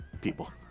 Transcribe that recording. people